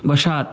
वशात्